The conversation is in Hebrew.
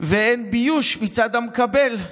ואין ביוש מצד המקבל.